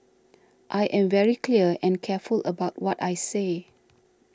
I am very clear and careful about what I say